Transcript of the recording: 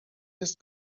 jest